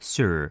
Sir